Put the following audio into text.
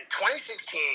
2016